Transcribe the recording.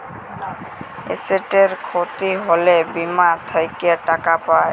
এসেটের খ্যতি হ্যলে বীমা থ্যাকে টাকা পাই